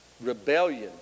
rebellion